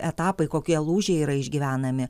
etapai kokie lūžiai yra išgyvenami